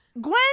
gwen